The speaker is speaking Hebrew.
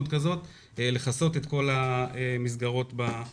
כזה של מפקחים כזאת לכסות את כל המסגרות במדינה.